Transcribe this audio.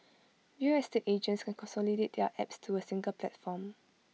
real estate agents can consolidate their apps to A single platform